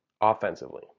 offensively